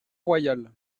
royal